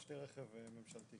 יש לנו רכבים,